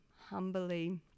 humbly